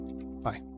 Bye